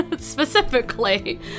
specifically